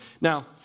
now